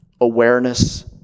Awareness